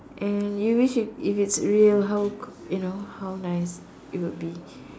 and you wish if if it's real how could you know how nice it would be